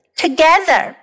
together